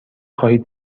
خواهید